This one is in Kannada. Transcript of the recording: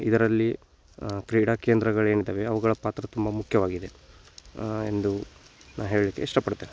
ಇದರಲ್ಲಿ ಕ್ರೀಡಾ ಕೇಂದ್ರಗಳೇನಿದಾವೆ ಅವುಗಳ ಪಾತ್ರ ತುಂಬ ಮುಖ್ಯವಾಗಿದೆ ಎಂದು ನಾನು ಹೇಳ್ಲಿಕ್ಕೆ ಇಷ್ಟಪಡ್ತೇನೆ